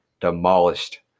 demolished